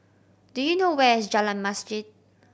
do you know where is Jalan Masjid